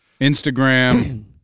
Instagram